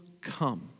come